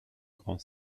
grand